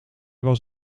was